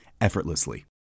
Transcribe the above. effortlessly